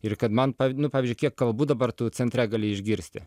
ir kad man pav nu pavyzdžiui kiek kalbų dabar tu centre gali išgirsti